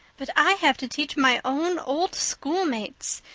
but i have to teach my own old schoolmates,